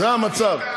זה המצב.